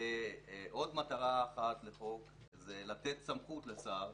ועוד מטרה אחת לחוק היא לתת סמכות לשר,